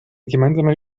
gemeinsame